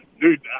dude